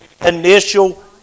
initial